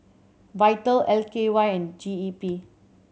Vital L K Y and G E P